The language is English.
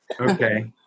Okay